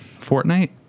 Fortnite